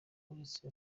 uretse